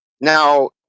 Now